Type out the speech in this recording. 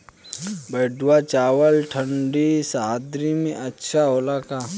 बैठुआ चावल ठंडी सह्याद्री में अच्छा होला का?